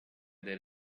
there